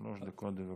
שלוש דקות, בבקשה.